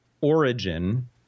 origin